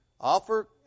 offer